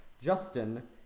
Justin